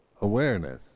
awareness